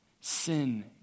sin